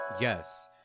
Yes